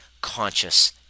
conscious